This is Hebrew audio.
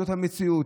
זאת המציאות.